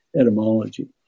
etymology